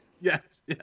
Yes